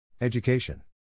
Education